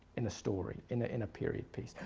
in a story, in ah in a period piece.